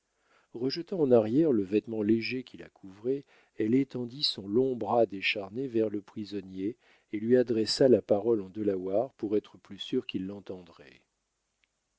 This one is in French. rejetant en arrière le vêtement léger qui la couvrait elle étendit son long bras décharné vers le prisonnier et lui adressa la parole en delaware pour être plus sûre qu'il l'entendrait